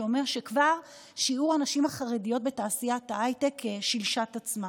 שאומר שכבר שיעור הנשים החרדיות בתעשיית ההייטק שילש את עצמו.